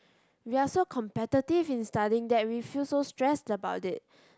we're so competitive in studying that we feel so stressed about it